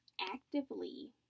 actively